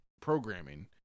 programming